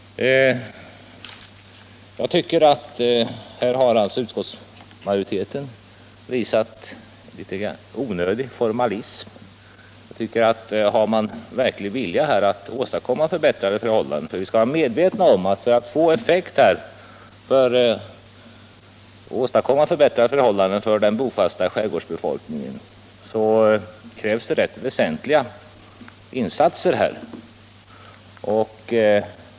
Jag tycker att utskottsmajoriteten här har visat en onödig formalism. Har man en verklig vilja att åstadkomma förbättrade förhållanden, kan man också göra det. Vi skall vara medvetna om att det krävs väsentliga insatser för att det skall bli effekt och för att vi skall kunna åstadkomma förbättrade förhållanden för den bofasta skärgårdsbefolkningen.